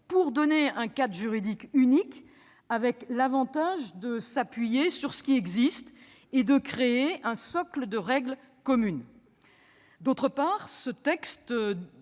pour donner un cadre juridique unique, avec l'avantage de s'appuyer sur ce qui existe et de créer un socle de règles communes. Par ailleurs, ce texte